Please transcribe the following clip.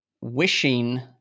wishing